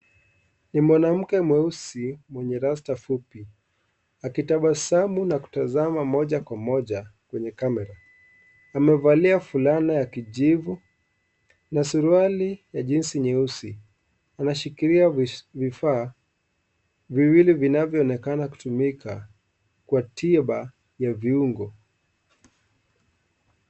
Ni mwanamke mweusi mwenye rasta fupi akitabasamu na kutazama moja kwa moja kwenye kamera. Amevalia fulana ya kijivu na suruali ya jezi nyeusi ameshikilia vifaa viwili vinavyoonekana kutumika kwa tiba ya viungu.